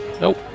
Nope